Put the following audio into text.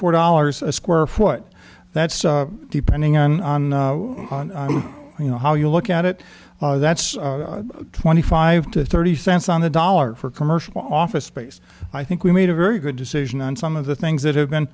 four dollars a square foot that's depending on on you know how you look at it that's twenty five to thirty cents on the dollar for commercial office space i think we made a very good decision on some of the things that have been